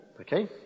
Okay